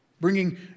bringing